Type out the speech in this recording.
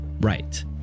Right